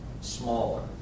smaller